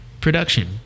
Production